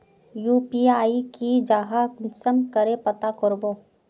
UPI की जाहा कुंसम करे पता करबो?